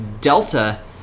delta